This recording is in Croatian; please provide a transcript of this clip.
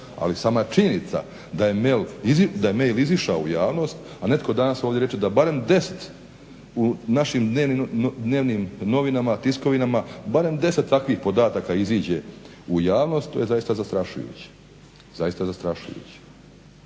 ali sama činjenica da je mail izišao u javnost, a netko ovdje danas reče da barem 10 u našim dnevnim novinama, tiskovinama barem 10 takvih podataka iziđe u javnost, to je zaista zastrašujuće. Bojim se